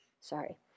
sorry